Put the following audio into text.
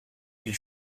ils